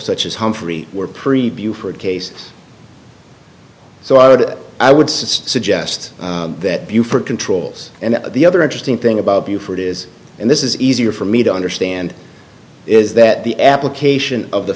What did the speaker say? such as humfrey were preview for a case so i would i would suggest that buford controls and the other interesting thing about buford is and this is easier for me to understand is that the application of the